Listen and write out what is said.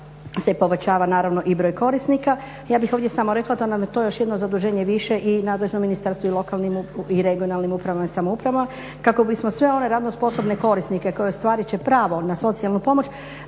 se povećava naravno i broj korisnika. Ja bih ovdje samo rekla da nam je to još jedno zaduženje više. I nadležno ministarstvo i lokalnim i regionalnim upravama i samoupravama kako bismo sve one radno sposobne korisnike koje ostvarit će pravo na socijalnu pomoć